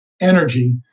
energy